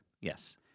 Yes